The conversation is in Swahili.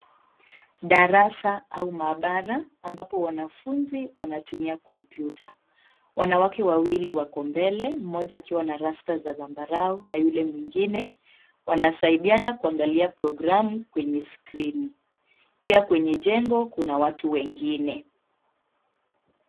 Darasa au maabara ambapo wanafunzi wanatumia kompyuta. Wanawake wawili wako mbele , mmoja akiwa na rasta za zambarau na yule mwingine wanasaidiana kuangalia programu kwenye skrini. Pia kwenye jengo kuna watu wengine.